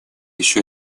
еще